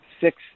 six